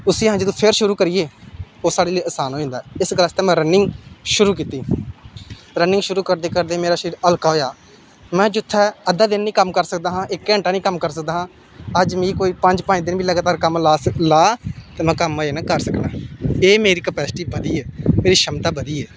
उसी असें जंदू फिर शुरु करिये ओह् साढ़े लेई असान होई जंदा इस गल्ल आस्तै में रनिंग शुरू कीती रनिंग शुरू करदे करदे मेरा शरीर हल्का होएआ में जित्थे अद्धा दिन निं कम्म करी सकदा हा इक घैंटा नेईं कम्म कर सकदा हा अज्ज मिगी कोई पंज पंज दिन बी लगातार कम्म कोई ला ते में कम्म मजे कन्नै कर सकना एह् मेरी केपस्टी बधी ऐ मेरी क्षमता बधी ऐ